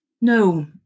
No